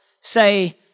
say